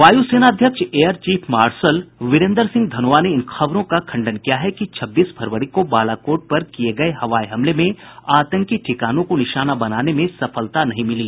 वायुसेनाध्यक्ष air chief marshal Birender Singh Dhanoa ने इन खबरों का खंडन किया है कि छब्बीस फरवरी को बालाकोट पर किए गए हवाई हमले में आतंकी ठिकानों को निशाना बनाने में सफलता नहीं मिली